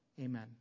Amen